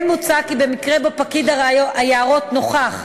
כן מוצע כי במקרה שבו פקיד היערות נוכח,